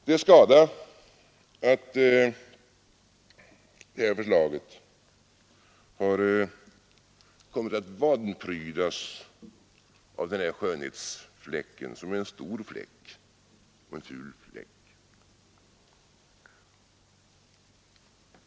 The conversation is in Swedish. Det är skada att förslaget om allmän förskola har kommit att vanprydas av den här skönhetsfläcken, som är en stor fläck och en ful fläck.